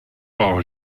par